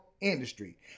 industry